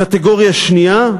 קטגוריה שנייה,